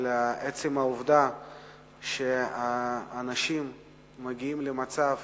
על עצם העובדה שאנשים מגיעים למצב